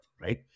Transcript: right